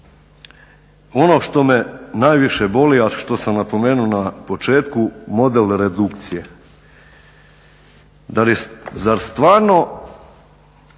ono što me najviše boli, a što sam napomenuo na početku, model redukcije. Zar stvarno